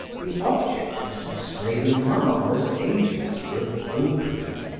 the object was to display the marvellous agency of opium,